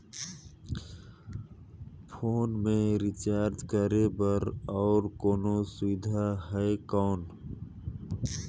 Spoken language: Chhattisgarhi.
फोन मे रिचार्ज करे बर और कोनो सुविधा है कौन?